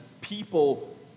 people